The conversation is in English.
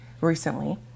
recently